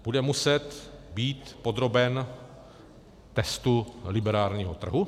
Bude muset být podroben testu liberálního trhu.